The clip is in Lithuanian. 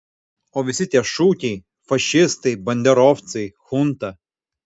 o visi tie šūkiai fašistai banderovcai chunta